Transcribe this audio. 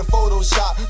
Photoshop